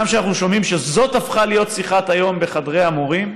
וגם כשאנחנו שומעים שזאת הפכה להיות שיחת היום בחדרי המורים,